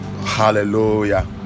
Hallelujah